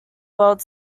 world